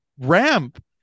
ramp